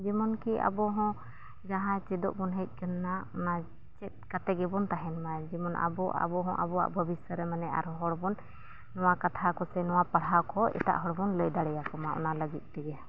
ᱡᱮᱢᱚᱱ ᱠᱤ ᱟᱵᱚᱦᱚᱸ ᱡᱟᱦᱟᱸ ᱪᱮᱫᱚᱜ ᱵᱚᱱ ᱦᱮᱡ ᱟᱠᱟᱱᱟ ᱱᱚᱣᱟ ᱚᱱᱟ ᱪᱮᱫ ᱠᱟᱛᱮᱫ ᱜᱮᱵᱚᱱ ᱛᱟᱦᱮᱱᱢᱟ ᱡᱮᱢᱚᱱ ᱟᱵᱚ ᱟᱵᱚᱦᱚᱸ ᱟᱵᱚᱣᱟᱜ ᱵᱷᱚᱵᱤᱥᱥᱚ ᱨᱮ ᱢᱟᱱᱮ ᱟᱨᱦᱚᱸ ᱦᱚᱲ ᱵᱚᱱ ᱱᱚᱣᱟ ᱠᱟᱛᱷᱟ ᱠᱚᱥᱮ ᱱᱚᱣᱟ ᱯᱟᱲᱦᱟᱣ ᱠᱚ ᱮᱴᱟᱜ ᱦᱚᱲᱵᱚᱱ ᱞᱟᱹᱭ ᱫᱟᱲᱮ ᱠᱚᱢᱟ ᱚᱱᱟ ᱞᱟᱹᱜᱤᱫ ᱛᱮᱜᱮ